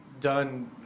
done